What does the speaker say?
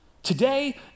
Today